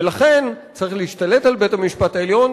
ולכן צריך להשתלט על בית-המשפט העליון,